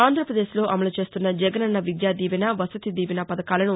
ఆంధ్రాపదేశ్ లో అమలుచేస్తున్న జగనన్న విద్యా దీవెన వసతి దీవెన పథకాలను